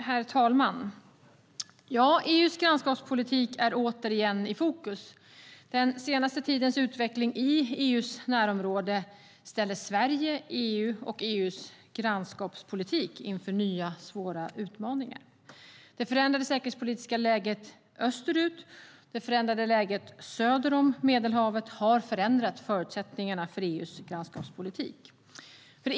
Herr talman! EU:s grannskapspolitik är återigen i fokus. Den senaste tidens utveckling i EU:s närområde ställer Sverige, EU och EU:s grannskapspolitik inför nya svåra utmaningar. Det förändrade säkerhetspolitiska läget österut och söder om Medelhavet har ändrat förutsättningarna för EU:s grannskapspolitik.